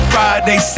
Friday